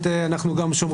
היום ז' תמוז התשפ"ג,